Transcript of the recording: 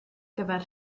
gyfer